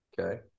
Okay